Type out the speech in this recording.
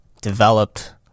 developed